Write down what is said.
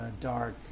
Dark